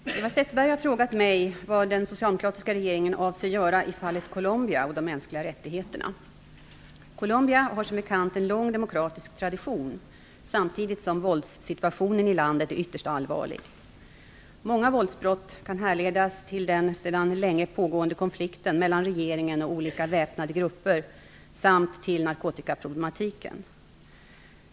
Fru talman! Eva Zetterberg har fråga mig vad den socialdemokratiska regeringen avser göra i fallet Colombia och de mänskliga rättigheterna. Colombia har som bekant en lång demokratisk tradition, samtidigt som våldssituationen i landet är ytterst allvarlig. Många våldsbrott kan härledas till den sedan länge pågående konflikten mellan regeringen och olika väpnade grupper samt till narkotikaproblemen.